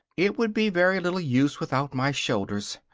it would be very little use without my shoulders.